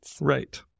Right